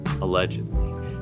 allegedly